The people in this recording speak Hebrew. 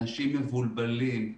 אנשים מבולבלים,